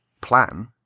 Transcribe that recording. plan